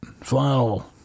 Flannel